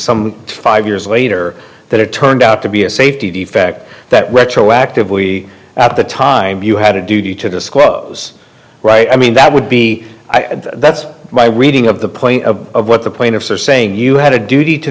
some five years later that it turned out to be a safety defect that retroactively at the time you had a duty to disclose right i mean that would be i and that's my reading of the point of what the plaintiffs are saying you had a duty to